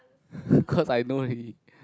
cause I know already